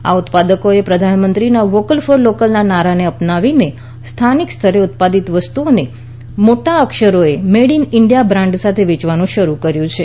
આ ઉત્પાદકોએ પ્રધાનમંત્રીના વોકલ ફોર લોકલ નારાને અપનાવીને સ્થાનિક સ્તરે ઉત્પાદિત વસ્તુઓને મોટા અક્ષરોએ મેડ ઈન ઇન્ડિયા બ્રાન્ડ સાથે વેચવાનું શરૂ કર્યું છે